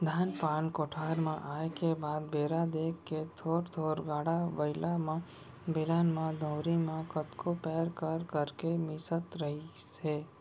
धान पान कोठार म आए के बाद बेरा देख के थोर थोर गाड़ा बइला म, बेलन म, दउंरी म कतको पैर कर करके मिसत रहिस हे